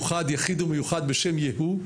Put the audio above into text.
יחיד ומיוחד בשם יהוא,